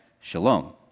shalom